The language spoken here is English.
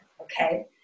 okay